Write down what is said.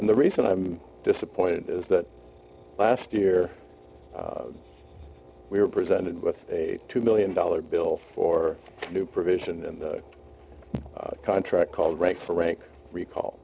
and the reason i'm disappointed is that last year we were presented with a two million dollar bill for a new provision in the contract called rank for rank recall